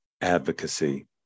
advocacy